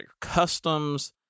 customs